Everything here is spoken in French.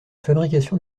fabrication